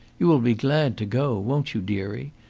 you will be glad to go, won't you, dearie?